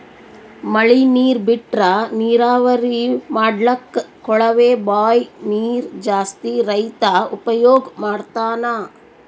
ಮಳಿ ನೀರ್ ಬಿಟ್ರಾ ನೀರಾವರಿ ಮಾಡ್ಲಕ್ಕ್ ಕೊಳವೆ ಬಾಂಯ್ ನೀರ್ ಜಾಸ್ತಿ ರೈತಾ ಉಪಯೋಗ್ ಮಾಡ್ತಾನಾ